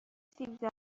سیب